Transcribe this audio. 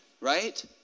Right